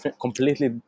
completely